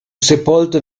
sepolto